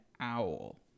owl